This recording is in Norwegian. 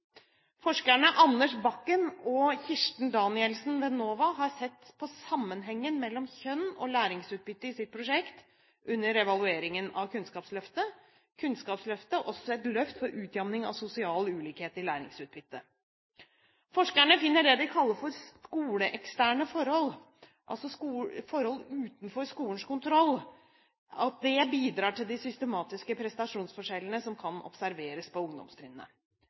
Forskerne Anders Bakken og Kirsten Danielsen ved NOVA har sett på sammenhengen mellom kjønn og læringsutbytte i sitt prosjekt under evalueringen av Kunnskapsløftet: Kunnskapsløftet – også et løft for utjevning av sosial ulikhet i læringsutbytte? Forskerne finner at det de kaller for «skoleeksterne forhold», altså forhold utenfor skolens kontroll, bidrar til de systematiske prestasjonsforskjellene som kan observeres på ungdomstrinnet.